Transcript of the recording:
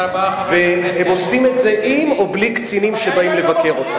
הם עושים את זה עם או בלי קצינים שבאים לבקר.